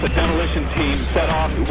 demolition team set